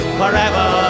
forever